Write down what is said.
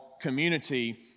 Community